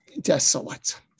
desolate